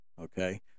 Okay